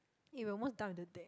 eh we are almost done with the deck